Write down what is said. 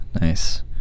Nice